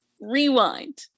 rewind